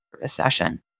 recession